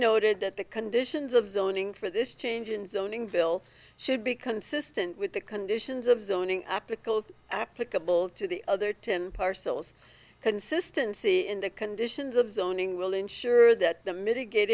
noted that the conditions of zoning for this change in zoning bill should be consistent with the conditions of zoning opticals applicable to the other ten parcels consistency in the conditions of zoning will insure that the mitigate